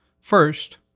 First